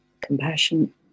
Compassion